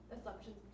assumptions